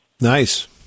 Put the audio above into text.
Nice